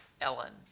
Ellen